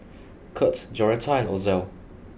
Curt Joretta and Ozell